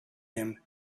him